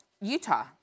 Utah